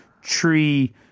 tree